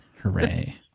Hooray